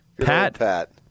Pat